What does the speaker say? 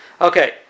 Okay